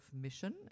mission